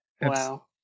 Wow